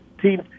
team